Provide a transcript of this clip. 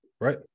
Right